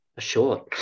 Sure